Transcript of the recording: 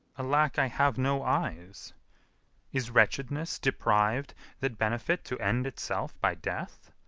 alack, i have no eyes is wretchedness depriv'd that benefit to end itself by death?